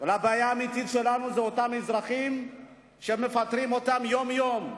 הבעיה האמיתית שלנו היא אותם אזרחים שמפטרים אותם יום-יום.